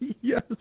Yes